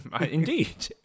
indeed